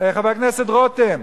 חבר הכנסת רותם,